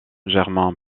germain